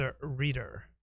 reader